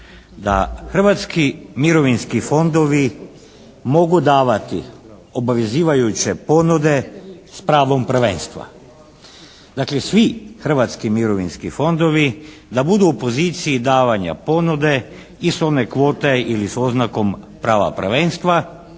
da hrvatski mirovinski fondovi mogu davati obavezivajuće ponude s pravom prvenstva. Dakle, svi hrvatski mirovinski fondovi da budu u poziciji davanje ponude i sve one kvote ili s oznakom prava prvenstva